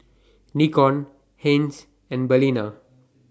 Nikon Heinz and Balina